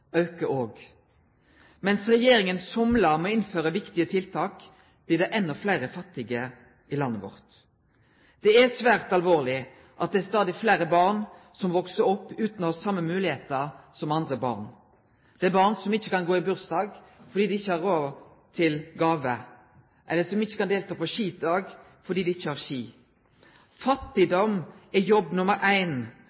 aukar òg. Mens regjeringa somlar med å innføre viktige tiltak, blir det endå fleire fattige i landet vårt. Det er svært alvorleg at det er stadig fleire barn som veks opp utan å ha same moglegheiter som andre barn. Det er barn som ikkje kan gå i bursdag fordi dei ikkje har råd til gåve, eller som ikkje kan delta på skidag fordi dei ikkje har ski.